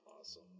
awesome